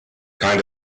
kind